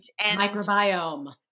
microbiome